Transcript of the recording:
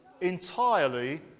entirely